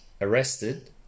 arrested